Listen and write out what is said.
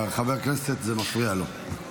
חבר הכנסת, זה מפריע לו.